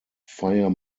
fire